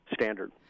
standard